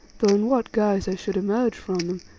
though in what guise i should emerge from them,